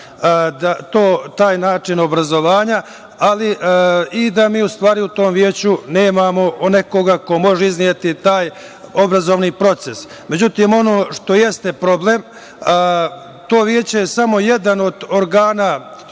taj način obrazovanja i da mi u tom veću nemamo nekoga ko može izneti taj obrazovani proces.Međutim, ono što je problem, to veće je samo jedan od organa